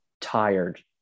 tired